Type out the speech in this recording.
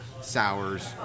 sours